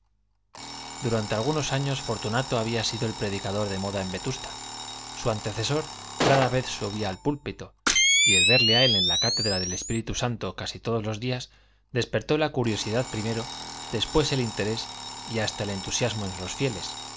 durante algunos años fortunato había sido el predicador de moda en vetusta su antecesor rara vez subía al púlpito y el verle a él en la cátedra del espíritu santo casi todos los días despertó la curiosidad primero después el interés y hasta el entusiasmo de los fieles